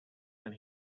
and